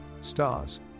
stars